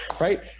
Right